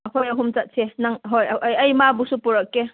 ꯑꯩꯈꯣꯏ ꯑꯍꯨꯝ ꯆꯠꯁꯦ ꯅꯪ ꯍꯣꯏ ꯑꯩ ꯃꯥꯕꯨꯁꯨ ꯄꯨꯔꯛꯀꯦ